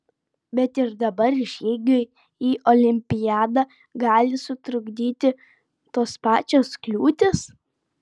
bet ir dabar žygiui į olimpiadą gali sutrukdyti tos pačios kliūtys